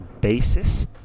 basis